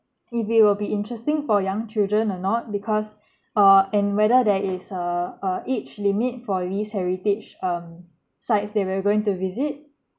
if it will be interesting for young children or not because uh and whether there is uh a age limit for these heritage um sites that we are going to visit